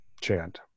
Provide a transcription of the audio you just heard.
chant